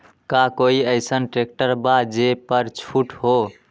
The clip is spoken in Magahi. का कोइ अईसन ट्रैक्टर बा जे पर छूट हो?